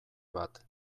bat